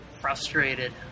frustrated